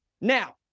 now